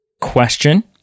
question